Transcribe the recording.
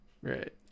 Right